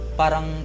parang